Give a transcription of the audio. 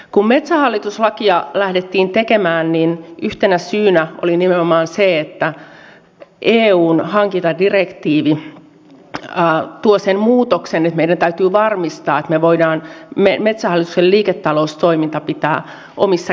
kun metsähallitus lakia lähdettiin tekemään niin yhtenä syynä oli nimenomaan se että eun hankintadirektiivi tuo sen muutoksen että meidän täytyy varmistaa että me voimme metsähallituksen liiketaloustoiminnan pitää omissa käsissämme